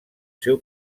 seu